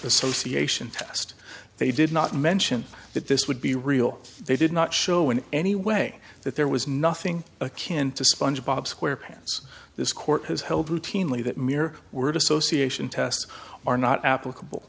association test they did not mention that this would be real they did not show in any way that there was nothing a can to sponge bob square pants this court has held routinely that mere word association test are not applicable